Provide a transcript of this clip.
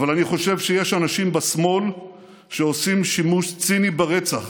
אבל אני חושב שיש אנשים בשמאל שעושים שימוש ציני ברצח